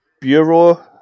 Bureau